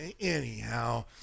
anyhow